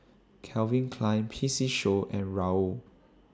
Calvin Klein P C Show and Raoul